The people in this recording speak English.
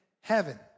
heaven